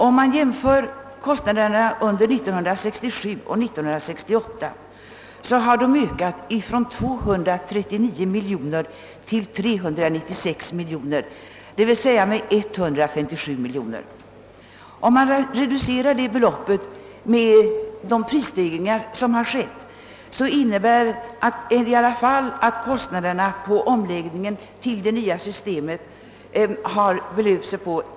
Om man jämför kostnaderna under 1967 och 1968 skall man finna att de har ökat från .239 till 396 miljoner, d. v. s. med 157 miljoner kronor... Om man reducerar det beloppet: med de prisstegringar som inträtt, framgår att kostnaderna genom omlägg ningen :till. det nya systemet har belöpt sig på.